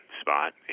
spot